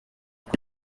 kuri